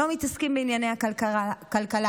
לא מתעסקים בענייני הכלכלה,